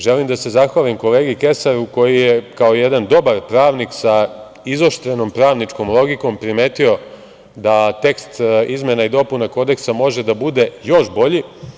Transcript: Želim da se zahvalim kolegi Kesaru, koji je kao jedan dobar pravnik, sa izoštrenom pravničkom logikom, primetio da tekst izmena i dopuna Kodeksa može da bude još bolji.